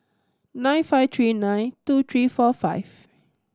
nine five three nine two three four five